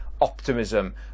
optimism